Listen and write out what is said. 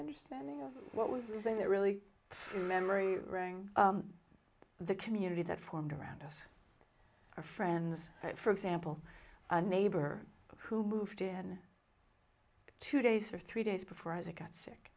understanding of what was the thing that really memory rang the community that formed around us our friends for example a neighbor who moved in two days or three days before isaac got sick